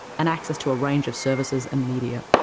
and access to a range of services, and media.